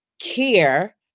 care